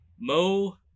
Mo